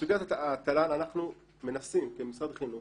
בסוגיית התל"ן אנחנו מנסים כמשרד החינוך,